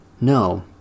No